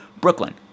Brooklyn